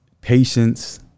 patience